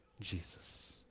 Jesus